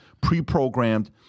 pre-programmed